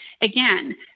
Again